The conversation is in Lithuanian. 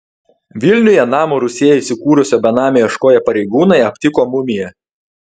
vilniuje namo rūsyje įsikūrusio benamio ieškoję pareigūnai aptiko mumiją